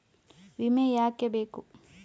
ವಿಮೆ ಯಾಕೆ ಬೇಕು?